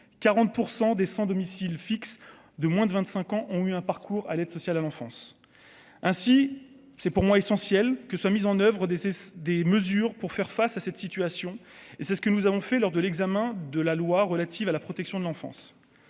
100 des sans domicile fixe de moins de 25 ans ont eu un parcours à l'aide sociale à l'enfance ainsi, c'est pour moi essentiel que sa mise en oeuvre des c'est des mesures pour faire face à cette situation, et c'est ce que nous avons fait lors de l'examen de la loi relative à la protection de l'enfance,